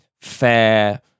fair